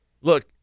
look